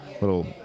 little